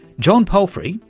john palfrey,